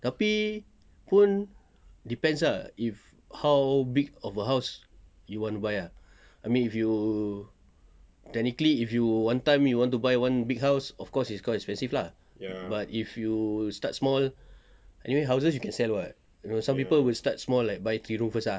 tapi pun depends ah if how big of a house you want to buy ah I mean if you technically if you one time you want to buy one big house of course it's quite expensive lah but if you start small anyway houses you can sell [what] you know some people will start small buy three room first ah